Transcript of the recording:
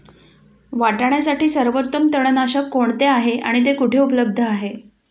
वाटाण्यासाठी सर्वोत्तम तणनाशक कोणते आहे आणि ते कुठे उपलब्ध आहे?